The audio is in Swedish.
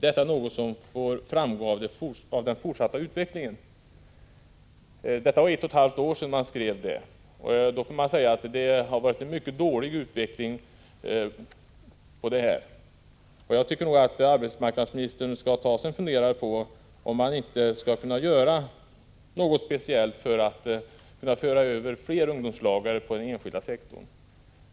Detta är något som får framgå av den fortsatta utvecklingen.” Det är ett och ett halvt år sedan utskottet skrev detta, och då måste jag säga att det har varit en mycket dålig utveckling. Jag tycker nog att arbetsmarknadsministern skall ta sig en funderare på om det inte kan göras någonting speciellt för att föra över fler ungdomar till den enskilda sektorn.